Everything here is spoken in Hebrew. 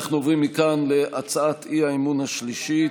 אנחנו עוברים מכאן להצעת האי-אמון השלישית.